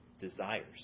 desires